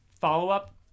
follow-up